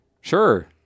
Sure